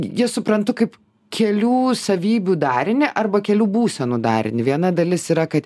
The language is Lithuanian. jas suprantu kaip kelių savybių darinį arba kelių būsenų darinį viena dalis yra kad